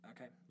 Okay